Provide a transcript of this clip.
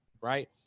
right